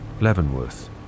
Leavenworth